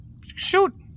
Shoot